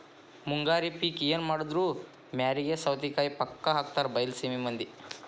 ಮುಂಗಾರಿ ಪಿಕ್ ಎನಮಾಡಿದ್ರು ಮ್ಯಾರಿಗೆ ಸೌತಿಕಾಯಿ ಪಕ್ಕಾ ಹಾಕತಾರ ಬೈಲಸೇಮಿ ಮಂದಿ